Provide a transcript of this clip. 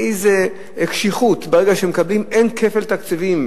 באיזו קשיחות, ברגע שמקבלים, אין כפל תקציבים.